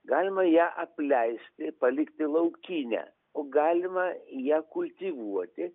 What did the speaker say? galima ją apleisti palikti laukinę o galima ją kultivuoti